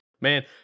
man